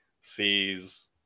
sees